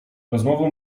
rozmowę